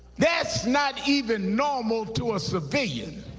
that's not even normal to a civilian,